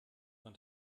man